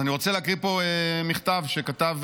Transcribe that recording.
אני רוצה להקריא פה מכתב שכתב,